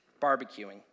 barbecuing